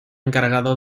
encargado